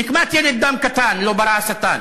נקמת דם ילד קטן לא ברא השטן,